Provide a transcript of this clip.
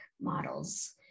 models